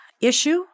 issue